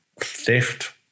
theft